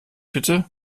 bitte